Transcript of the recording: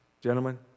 gentlemen